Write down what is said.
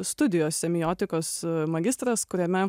studijos semiotikos magistras kuriame